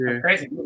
Crazy